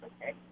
Okay